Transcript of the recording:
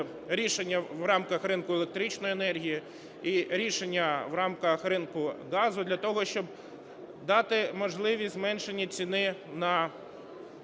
рішення в рамках ринку електричної енергії, і рішення в рамках ринку газу, для того щоб дати можливість зменшення ціни на основний